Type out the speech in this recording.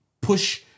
push